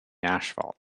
asphalt